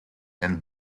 and